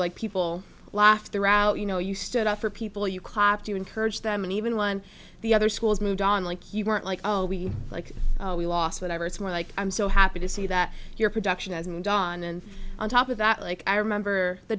like people laugh they're out you know you stood up for people you clap to encourage them and even one the other schools moved on like you weren't like oh we like we lost whatever it's more like i'm so happy to see that your production has moved on and on top of that like i remember the